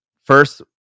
first